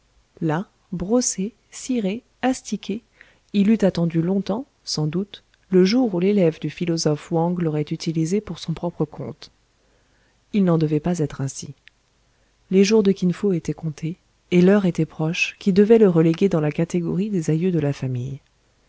là brossé ciré astiqué il eût attendu longtemps sans doute le jour où l'élève du philosophe wang l'aurait utilisé pour son propre compte il n'en devait pas être ainsi les jours de kin fo étaient comptés et l'heure était proche qui devait le reléguer dans la catégorie des aïeux de la famille